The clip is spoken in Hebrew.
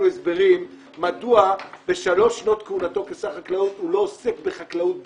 הסברים מדוע בשלוש שנות כהונתו כשר חקלאות הוא לא עוסק בחקלאות בכלל,